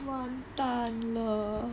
完蛋了